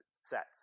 sets